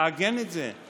לעגן את זה,